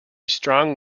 strong